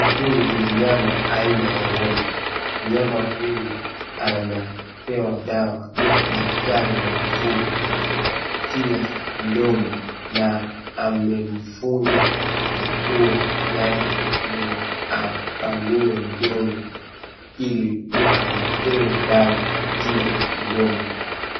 Huyu ni mnyama aina ya ngombe mnyama huyu anapewa dawa na daktari wa mifugo kupitia mdomo na amemfunga mapua yake ndio apanue mdomo ili ampee dawa kupitia mdomo.